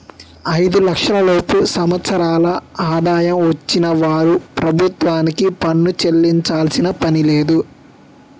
ఐదు లక్షల లోపు సంవత్సరాల ఆదాయం వచ్చిన వారు ప్రభుత్వానికి పన్ను చెల్లించాల్సిన పనిలేదు